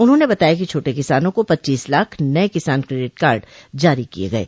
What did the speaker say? उन्होंने बताया कि छोटे किसानों को पच्चीस लाख नये किसान क्रेडिट कार्ड जारी किये गये